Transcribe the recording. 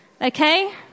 Okay